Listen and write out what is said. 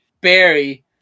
Barry